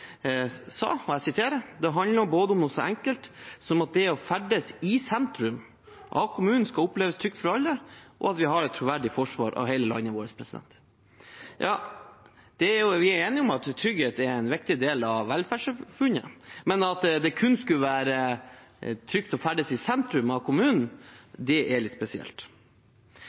sa: «Det handler både om noe så enkelt som at det å ferdes i sentrum av kommunen skal oppleves som trygt for alle, og om at vi har et troverdig forsvar av landet vårt.» Vi er enige om at trygghet er en viktig del av velferdssamfunnet, men at det kun skal være trygt å ferdes i sentrum av kommunen, er litt spesielt.